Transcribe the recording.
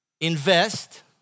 invest